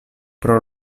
pro